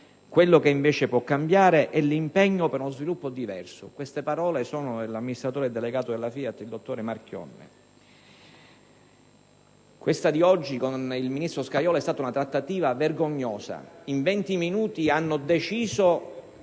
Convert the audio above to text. Quello che invece può cambiare è l'impegno per uno sviluppo diverso». Queste sono parole dell'amministratore delegato della FIAT, dottor Marchionne. Quella di oggi con il ministro Scajola è stata una trattativa vergognosa: in 20 minuti hanno deciso